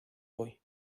voy